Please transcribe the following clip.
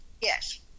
Yes